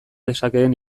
dezakeen